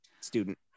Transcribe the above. student